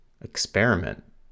experiment